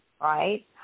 right